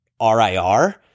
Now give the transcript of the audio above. RIR